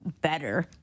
better